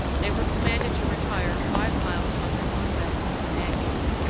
they were commanded to retire five miles from their own banks of the danube,